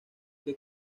que